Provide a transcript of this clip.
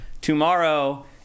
Tomorrow